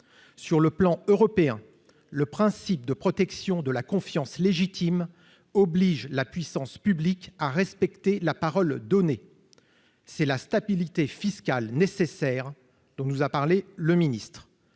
sur le plan européen, le principe de protection de la confiance légitime oblige la puissance publique à respecter la parole donnée, c'est la stabilité fiscale nécessaire dont nous a parlé le ministre,